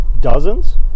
Dozens